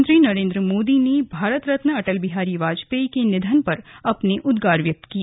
प्रधानमंत्री नरेन्द्र मोदी ने भारत रत्न अटल बिहारी वाजपेयी के निधन पर अपने उदगार व्यक्त किए